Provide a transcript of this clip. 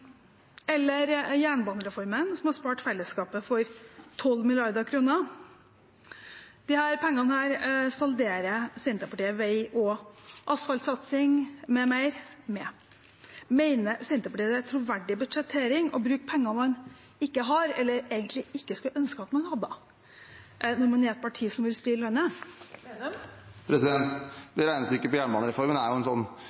eller jernbanereformen, som har spart fellesskapet for 12 mrd. kr. Disse pengene salderer Senterpartiet vei- og asfaltsatsing med – m.m. Mener Senterpartiet det er troverdig budsjettering å bruke penger man ikke har eller egentlig ikke skulle ønske at man hadde, når man er et parti som vil